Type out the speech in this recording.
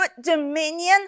dominion